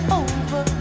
over